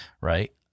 right